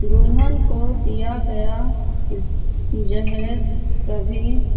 دلہن کو دیا گیا ز جہیز کبھی